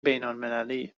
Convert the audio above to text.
بینالمللی